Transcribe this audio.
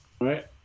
right